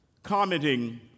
Commenting